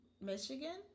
Michigan